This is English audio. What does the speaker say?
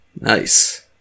Nice